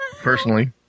personally